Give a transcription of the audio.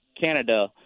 Canada –